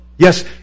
Yes